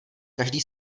každý